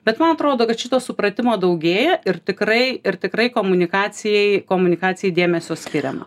bet man atrodo kad šito supratimo daugėja ir tikrai ir tikrai komunikacijai komunikacijai dėmesio skiriama